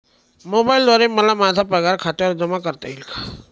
मोबाईलद्वारे मला माझा पगार खात्यावर जमा करता येईल का?